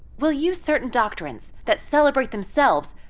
will use certain doctrines that celebrate themselves.